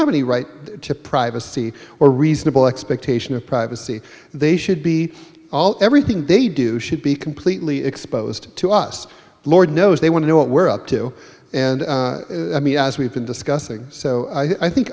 have any right to privacy or reasonable expectation of privacy they should be all everything they do should be completely exposed to us lord knows they want to know what we're up to and i mean as we've been discussing so i think